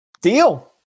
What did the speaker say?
Deal